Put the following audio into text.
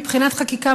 מבחינת חקיקה,